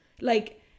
Like-